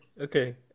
okay